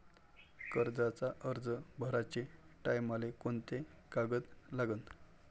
कर्जाचा अर्ज भराचे टायमाले कोंते कागद लागन?